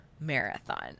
marathon